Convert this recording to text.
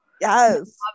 Yes